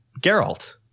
geralt